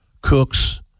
cooks